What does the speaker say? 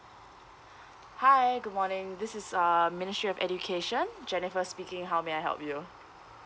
hi good morning this is uh ministry of education jennifer speaking how may I help you